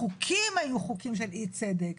החוקים היו חוקים של אי צדק.